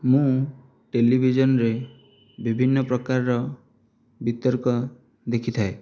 ମୁଁ ଟେଲିଭିଜନରେ ବିଭିନ୍ନ ପ୍ରକାରର ବିତର୍କ ଦେଖିଥାଏ